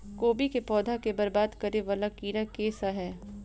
कोबी केँ पौधा केँ बरबाद करे वला कीड़ा केँ सा है?